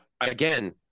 again